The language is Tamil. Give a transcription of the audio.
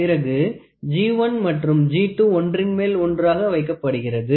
பிறகு G1 மற்றும் G2 ஒன்றின்மேல் ஒன்றாக வைக்கப்படுகிறது